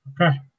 Okay